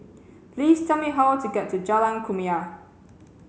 please tell me how to get to Jalan Kumia